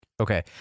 Okay